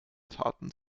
taten